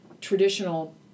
traditional